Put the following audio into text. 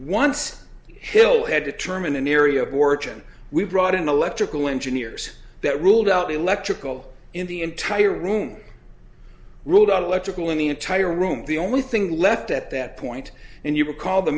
once hill had determined in the area of origin we brought in electrical engineers that ruled out electrical in the entire room ruled out electrical in the entire room the only thing left at that point and you recall the